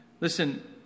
Listen